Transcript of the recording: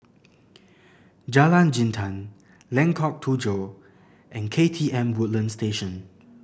Jalan Jintan Lengkok Tujoh and K T M Woodlands Station